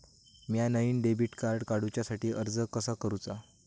म्या नईन debit card काडुच्या साठी अर्ज कसा करूचा?